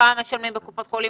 כמה משלמים בקופות חולים,